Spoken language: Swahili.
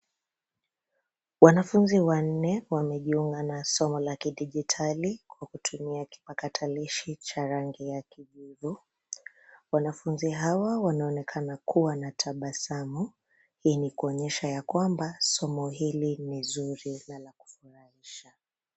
Wanafunzi wanne wamejiunga na somo la kidijitali kwa kutumia kipakatalishi cha rangi ya kijivu. Wanafunzi hawa wanaonekana kuwa na tabasamu yenye kuonyesha ya kwamba somo hili ni zuri na la kufurahisha.